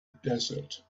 desert